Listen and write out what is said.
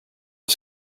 och